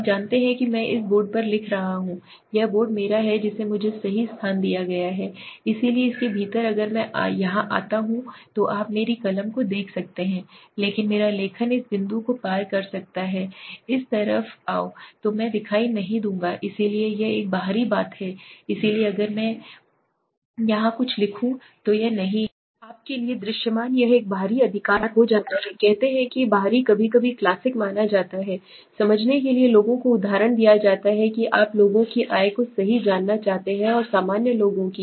आप जानते हैं कि मैं इस बोर्ड पर लिख रहा हूं यह बोर्ड मेरा है जिसे मुझे सही स्थान दिया गया है इसलिए इसके भीतर अगर मैं यहां आता हूं तो आप मेरी कलम को देख सकते हैं लेकिन मेरा लेखन इस बिंदु को पार कर जाता है इस तरफ आओ तो मैं दिखाई नहीं दूंगा इसलिए यह एक बाहरी बात है इसलिए अगर मैं यहां कुछ लिखूं तो यह नहीं है आप के लिए दृश्यमान यह एक बाहरी अधिकार हो जाता है कहते हैं कि बाहरी कभी कभी क्लासिक माना जाता है समझने के लिए लोगों को उदाहरण दिया जाता है कि आप लोगों की आय को सही जानना चाहते हैं और सामान्य लोगों की